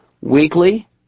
weekly